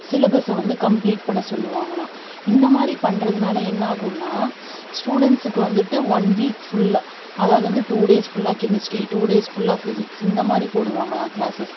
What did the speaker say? சிலபஸ்ஸை வந்து கம்ப்ளீட் பண்ண சொல்லுவாங்களாம் இந்தமாதிரி பண்ணுறதுனால என்ன ஆகும்னா ஸ்டுடெண்ட்ஸ்க்கு வந்துட்டு ஒன் வீக் ஃபுல்லாக அதாவது வந்து டூ டேஸ் ஃபுல்லாக கெமிஸ்ட்ரி டூ டேஸ் ஃபுல்லாக பிஸிக்ஸ் இந்த மாதிரி போடுவாங்களாம் கிளாஸஸ்